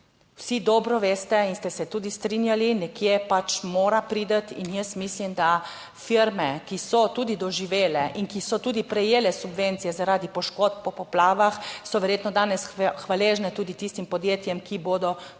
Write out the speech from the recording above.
Vsi dobro veste in ste se tudi strinjali, nekje pač mora priti in jaz mislim, da firme, ki so tudi doživele in ki so tudi prejele subvencije zaradi poškodb po poplavah, so verjetno danes hvaležne tudi tistim podjetjem, ki bodo prispevale